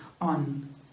on